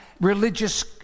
religious